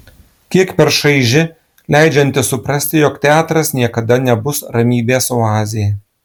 kiek per šaiži leidžianti suprasti jog teatras niekada nebus ramybės oazė